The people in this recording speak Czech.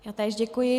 Já též děkuji.